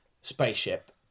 spaceship